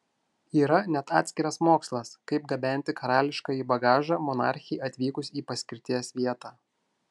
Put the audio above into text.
yra net atskiras mokslas kaip gabenti karališkąjį bagažą monarchei atvykus į paskirties vietą